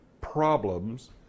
problems